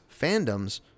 fandoms